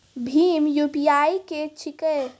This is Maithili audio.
भीम यु.पी.आई की छीके?